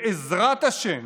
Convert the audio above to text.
בעזרת השם,